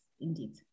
indeed